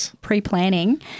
pre-planning